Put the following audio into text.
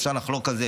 אפשר לחלוק על זה,